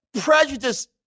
prejudice